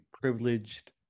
privileged